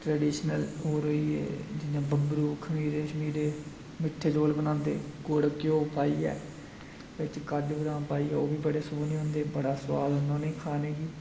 traditional होर होई गे जियां बब्बरू खमीरे शमीरे मिट्ठे चौल बनांदे गुड़ घ्यो पाइयै बिच्च काजू बदाम पाइयै ओह् बी बड़े सोह्ने होंदे बड़ा स्वाद औंदा उनें गी खाने गी